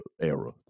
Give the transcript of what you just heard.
era